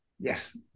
yes